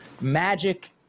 magic